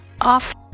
Off